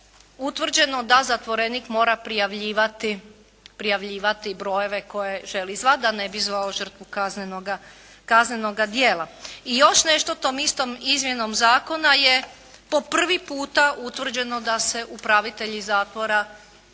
utvrđeno da zatvorenik mora prijavljivati brojeve koje želi zvati da ne bi zvao žrtvu kaznenoga dijela. I još nešto tom istom izmjenom zakona je po prvi puta utvrđeno da se upravitelji zatvora